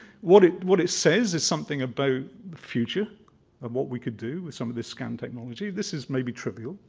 what it what it says is something about the future of what we could do with some of this scan technology. this is maybe trivial,